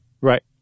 Right